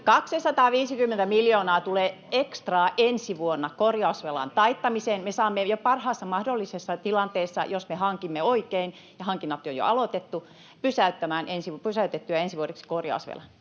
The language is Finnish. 250 miljoonaa tulee ekstraa ensi vuonna korjausvelan taittamiseen, ja parhaassa mahdollisessa tilanteessa, jos me hankimme oikein — ja hankinnat on jo aloitettu — me saamme pysäytettyä ensi vuodeksi korjausvelan.